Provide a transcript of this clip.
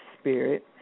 Spirit